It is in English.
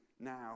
Now